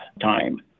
time